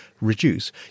reduce